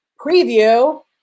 Preview